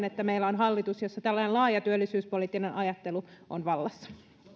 että meillä on hallitus jossa tällainen laaja työllisyyspoliittinen ajattelu on vallassa